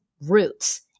roots